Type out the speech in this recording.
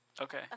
Okay